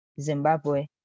Zimbabwe